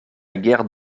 guerre